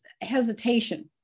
hesitation